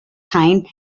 tyne